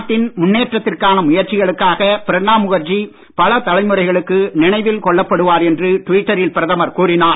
நாட்டின் முன்னேற்றத்துக்கான முயற்சிகளுக்காக பிரணாப் முகர்ஜி பல தலைமுறைகளுக்கு நினைவில் கொள்ளப்படுவார் என்று ட்விட்டரில் பிரதமர் கூறினார்